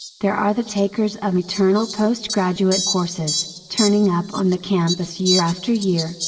there are the takers of eternal post graduate courses, turning up on the campus year after year,